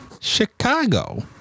Chicago